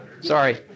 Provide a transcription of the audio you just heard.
Sorry